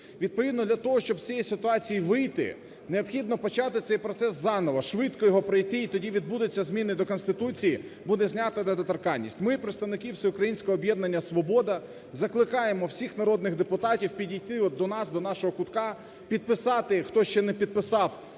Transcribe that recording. Відповідно для того, щоб з цієї ситуації вийти, необхідно почати це процес заново, швидко його пройти, і тоді відбудуться зміни до Конституцій, буде знята недоторканність. Ми, представники Всеукраїнського об'єднання "Свобода", закликаємо всіх народних депутатів підійти до нас, до нашого кутка, підписати, хто ще не підписав,